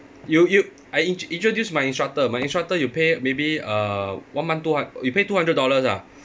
you you I in~ introduce my instructor my instructor you pay maybe uh one month two hun~ you pay two hundred dollars ah